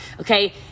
Okay